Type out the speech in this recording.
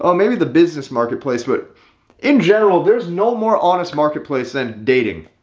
um maybe the business marketplace. but in general, there's no more honest marketplace and dating.